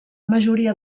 majoria